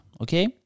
okay